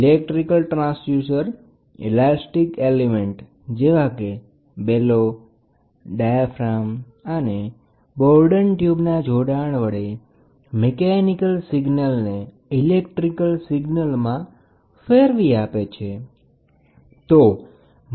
electrical transducer elastic element જેવા કે bellow diaphragm અને બોર્ડન ટ્યુબ્સના જોડાણ વડે મિકેનિકલ સિગ્નલને ઇલેક્ટ્રિકલ સિગ્નલમાં ફેરવી આપે છે